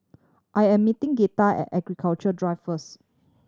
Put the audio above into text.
I am meeting Gretta at Architecture Drive first